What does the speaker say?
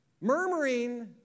Murmuring